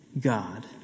God